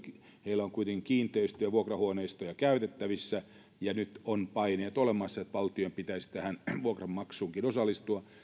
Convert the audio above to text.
heillä on kuitenkin kiinteistöjä vuokrahuoneistoja käytettävissä ja nyt on paineet olemassa että valtion pitäisi tähän vuokranmaksuunkin osallistua